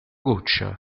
goccia